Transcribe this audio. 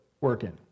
working